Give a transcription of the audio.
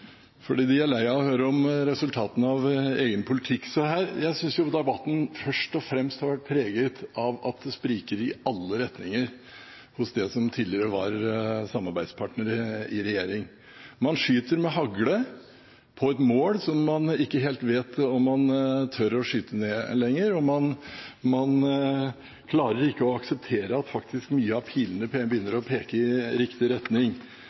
fordi de er lei av å høre om resultatene av egen politikk. Så jeg synes debatten først og fremst har vært preget av at det spriker i alle retninger hos det som tidligere var samarbeidspartnere i regjering. Man skyter med hagle på et mål som man ikke helt vet om man tør å skyte ned lenger, og man klarer ikke å akseptere at mange av pilene faktisk begynner å peke i riktig retning.